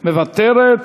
מוותרת.